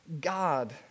God